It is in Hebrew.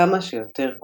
בכמה שיותר כופתאות.